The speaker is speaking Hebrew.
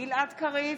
גלעד קריב,